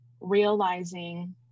realizing